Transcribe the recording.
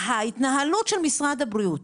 ההתנהלות של משרד הבריאות,